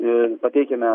ir pateikiame